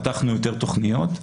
פתחנו יותר תכניות.